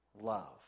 love